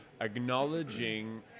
acknowledging